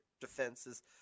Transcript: defenses